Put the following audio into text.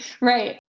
Right